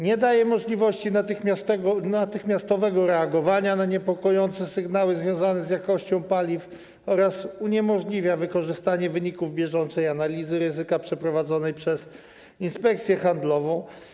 Nie daje możliwości natychmiastowego reagowania na niepokojące sygnały związane z jakością paliw oraz uniemożliwia wykorzystanie wyników bieżącej analizy ryzyka przeprowadzonej przez Inspekcję Handlową.